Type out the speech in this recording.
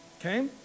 Okay